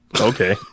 Okay